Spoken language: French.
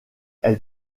elle